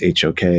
HOK